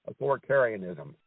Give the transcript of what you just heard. authoritarianism